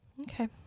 Okay